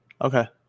Okay